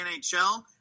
NHL